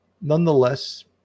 nonetheless